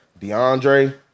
DeAndre